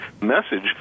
message